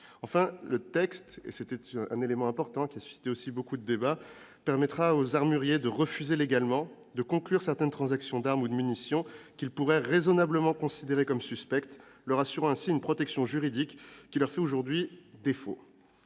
qu'il n'est pas interdit de détention d'armes. Enfin, le texte permettra aux armuriers de refuser légalement de conclure certaines transactions d'armes ou de munitions qu'ils pourraient raisonnablement considérer comme suspectes, leur assurant ainsi une protection juridique qui leur fait aujourd'hui défaut.